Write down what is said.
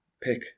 pick